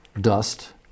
dust